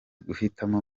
guhitamo